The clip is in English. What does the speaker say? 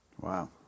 Wow